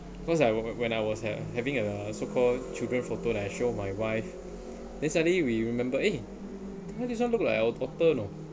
first I wa~ when I was uh having a so called children photo that I show my wife then suddenly we remember eh this one look like our daughter you know